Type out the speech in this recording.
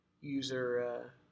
User